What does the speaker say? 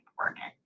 important